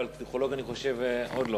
אבל פסיכולוג אני חושב שעוד לא,